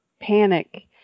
panic